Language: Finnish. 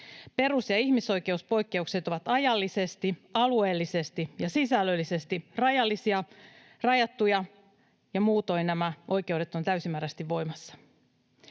Perus- ja ihmisoikeuspoikkeukset ovat ajallisesti, alueellisesti ja sisällöllisesti rajattuja, ja muutoin nämä oikeudet ovat täysimääräisesti voimassa.